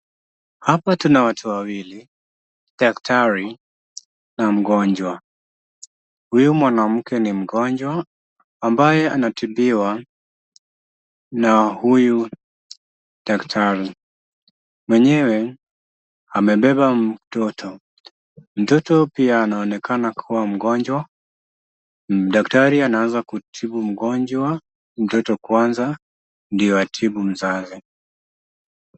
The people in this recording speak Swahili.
Hapa tuna watu wawili, daktari na mgonjwa. Huyu mwanamke ni mgonjwa ambaye anatibiwa na huyu daktari, mwenyewe amebeba mtoto, mtoto pia anaonekana kuwa mgonjwa. Daktari anaanza kutibu mgonjwa mtoto kwanza ndio atibu mzazi.